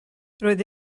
roedd